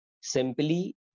Simply